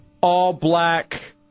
all-black